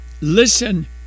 listen